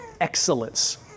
excellence